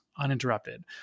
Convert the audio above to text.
uninterrupted